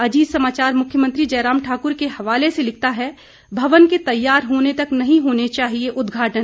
अजीत समाचार मुख्यमंत्री जयराम ठाकुर के हवाले से लिखता है भवन के तैयार होने तक नहीं होना चाहिए उदघाटन